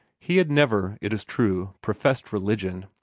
he had never, it is true, professed religion,